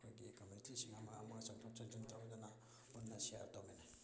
ꯑꯩꯈꯣꯏꯒꯤ ꯀꯝꯃꯨꯅꯤꯇꯤꯁꯤꯡ ꯑꯃꯒ ꯑꯃꯒ ꯆꯪꯊꯣꯛ ꯆꯪꯁꯤꯟ ꯇꯧꯗꯅ ꯄꯨꯟꯅ ꯁꯤꯌꯔ ꯇꯧꯃꯤꯟꯅꯩ